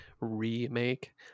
remake